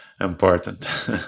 important